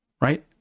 Right